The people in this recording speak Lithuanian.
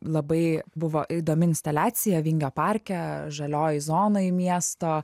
labai buvo įdomi instaliacija vingio parke žalioj zonoj miesto